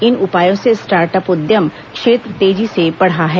इन उपायों से start up उद्यम क्षेत्र तेजी से बढ़ा है